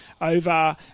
over